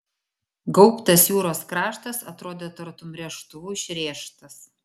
gaubtas jūros kraštas atrodė tartum rėžtuvu išrėžtas